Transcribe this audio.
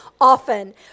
often